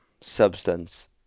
substance